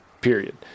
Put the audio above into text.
period